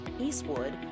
Eastwood